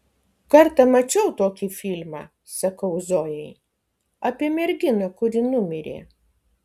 kartą mačiau tokį filmą sakau zojai apie merginą kuri numirė